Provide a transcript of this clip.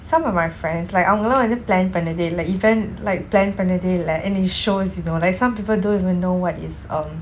some of my friends like அவங்கலாம்:avankalam plan பன்னதை இல்லை:pannathai illai like event like plan பன்னதை இல்லை:pannathai illai like and it shows you know like some people don't even know what is um